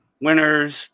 winner's